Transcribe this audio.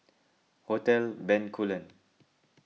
Hotel Bencoolen